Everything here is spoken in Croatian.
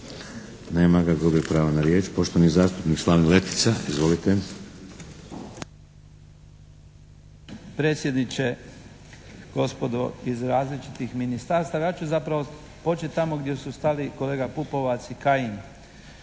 Nema ga. Gubi pravo na riječ. Poštovani zastupnik Slaven Letica. Izvolite.